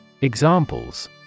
Examples